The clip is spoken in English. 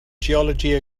geology